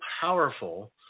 powerful